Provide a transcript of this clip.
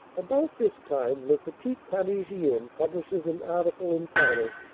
about this time le petit parisien publishes an article entitled,